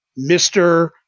Mr